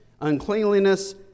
uncleanliness